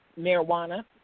marijuana